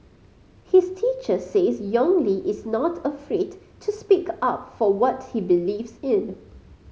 his teacher says Yong Li is not afraid to speak up for what he believes in